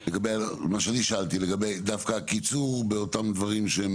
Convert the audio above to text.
מה שאני שאלתי, לגבי הקיצור באותם דברים.